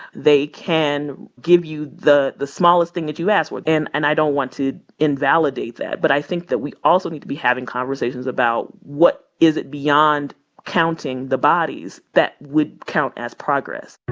they can give you the the smallest thing that you ask for. and and i don't want to invalidate that. but i think that we also need to be having conversations about, what is it beyond counting the bodies that would count as progress?